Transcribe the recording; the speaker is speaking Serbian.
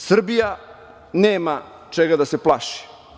Srbija nema čega da se plaši.